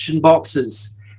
boxes